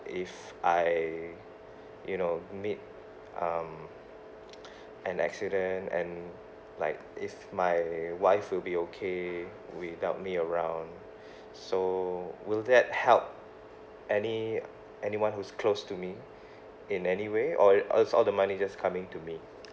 if I you know meet um an accident and like if my wife will be okay without me around so will that help any uh anyone who is close to me in any way or it or is all the money just come in to me